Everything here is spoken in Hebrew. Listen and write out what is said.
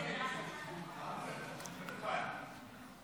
הוועדה ועם ההסתייגות שנתקבלה, נתקבל.